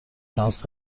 شانس